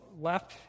left